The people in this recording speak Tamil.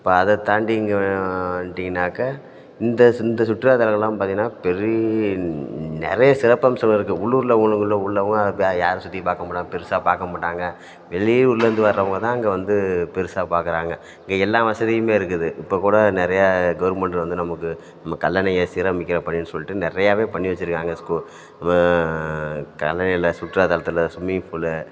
இப்போ அதைத் தாண்டி இங்கே வந்துவிட்டீங்கன்னாக்கா இந்த இந்த சுற்றுலாத்தலமெல்லாம் பார்த்தீங்கன்னா பெரிய நிறைய சிறப்பம்சம் இருக்குது உள்ளூரில் உள்ள உள்ள உள்ளவங்கள் அதை பெ யாரும் சுற்றி பார்க்க மாட்டாங்க பெருசாக பார்க்க மாட்டாங்க வெளியூரிலேருந்து வர்றவங்க தான் அங்கே வந்து பெருசாக பார்க்கறாங்க இங்கே எல்லா வசதியுமே இருக்குது இப்போது கூட நிறைய கவுர்மெண்டு வந்து நமக்கு நம்ம கல்லணையை சீரமைக்கிற பணின்னு சொல்லிட்டு நிறையாவே பண்ணி வெச்சுருக்காங்க ஸ்கூ கல்லணையில் சுற்றுலாத்தலத்தில் ஸ்விம்மிங் ஃபூலு